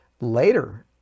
Later